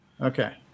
Okay